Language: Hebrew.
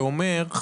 שאומר,